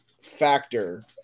factor